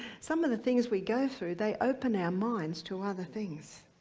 some of the things we go through they open our minds to other things.